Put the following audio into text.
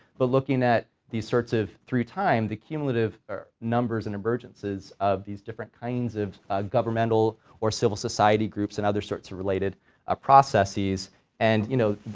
but looking at these sorts of through time the cumulative numbers in emergences of these different kinds of governmental or civil society groups and other sorts of related ah processes and, you know,